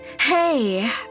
Hey